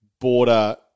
border